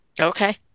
okay